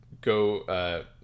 go